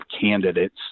candidates